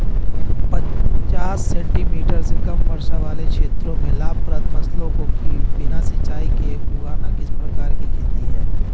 पचास सेंटीमीटर से कम वर्षा वाले क्षेत्रों में लाभप्रद फसलों को बिना सिंचाई के उगाना किस प्रकार की खेती है?